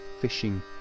fishing